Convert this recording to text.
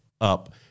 up